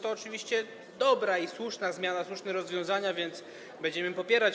To oczywiście dobra i słuszna zmiana, słuszne rozwiązania, więc będziemy je popierać.